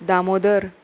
Damodar